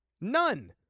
None